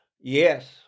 Yes